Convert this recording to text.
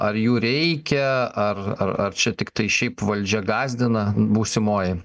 ar jų reikia ar ar ar čia tiktai šiaip valdžia gąsdina būsimoji